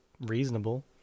reasonable